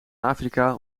afrika